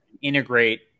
integrate